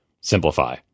simplify